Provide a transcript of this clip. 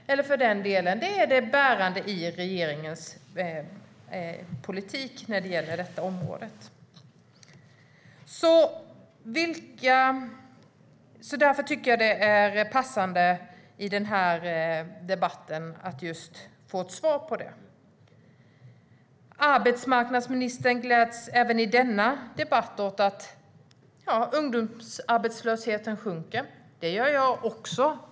Det är för den delen det bärande i regeringens politik på hela området. Därför tycker jag att det vore passande att få ett svar på detta i den här debatten. Arbetsmarknadsministern gläds även i denna debatt åt att ungdomsarbetslösheten sjunker. Det gör jag också.